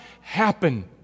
happen